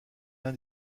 l’un